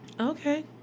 Okay